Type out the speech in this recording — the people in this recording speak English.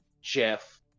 Jeff